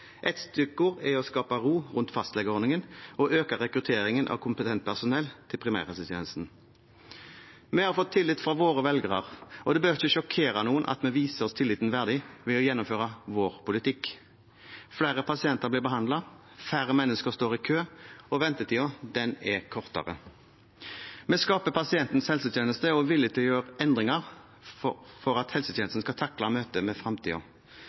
er å skape ro rundt fastlegeordningen og øke rekrutteringen av kompetent personell til primærhelsetjenesten. Vi har fått tillit fra våre velgere, og det bør ikke sjokkere noen at vi viser oss tilliten verdig ved å gjennomføre vår politikk. Flere pasienter blir behandlet, færre mennesker står i kø, og ventetiden er kortere. Vi skaper pasientens helsetjeneste, og er villig til å gjøre endringer for at helsetjenesten skal takle møtet med